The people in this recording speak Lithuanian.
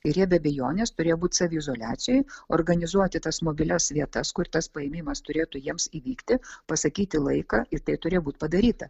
ir jie be abejonės turėjo būt saviizoliacijoj organizuoti tas mobilias vietas kur tas paėmimas turėtų jiems įvykti pasakyti laiką ir tai turėjo būt padaryta